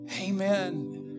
Amen